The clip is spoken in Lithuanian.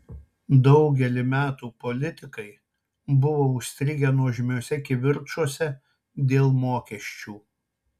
daugelį metų politikai buvo užstrigę nuožmiuose kivirčuose dėl mokesčių